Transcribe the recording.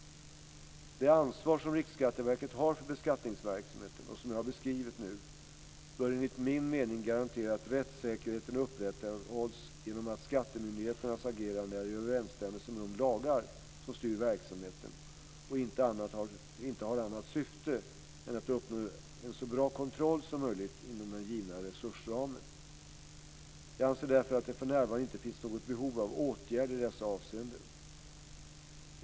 Det ansvar som Riksskatteverket har för beskattningsverksamheten och som jag beskrivit nu bör enligt min mening garantera att rättssäkerheten upprätthålls genom att skattemyndigheternas agerande är i överensstämmelse med de lagar som styr verksamheten och inte har annat syfte än att uppnå en så bra kontroll som möjligt inom den givna resursramen. Jag anser därför att det för närvarande inte finns något behov av åtgärder i dessa avseenden.